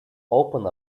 open